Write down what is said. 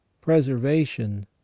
preservation